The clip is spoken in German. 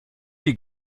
die